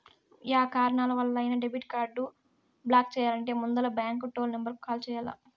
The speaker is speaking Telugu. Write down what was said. యా కారణాలవల్లైనా డెబిట్ కార్డు బ్లాక్ చెయ్యాలంటే ముందల బాంకు టోల్ నెంబరుకు కాల్ చెయ్యాల్ల